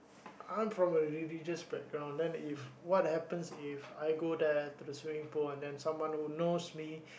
I'm probably just background then if what happens If I go there to the swimming pool then someone who knows me